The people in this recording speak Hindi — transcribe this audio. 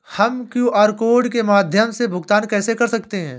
हम क्यू.आर कोड के माध्यम से भुगतान कैसे कर सकते हैं?